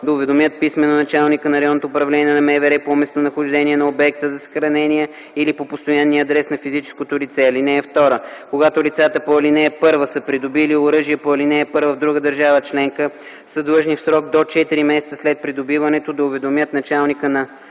уведомят писмено началника на районното управление на МВР по местонахождение на обекта за съхранение или по постоянния адрес на физическото лице. (2) Когато лицата по ал. 1 са придобили оръжие по ал. 1 в друга държава членка, са длъжни в срок до четири месеца след придобиването да уведомят началника на